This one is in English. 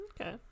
Okay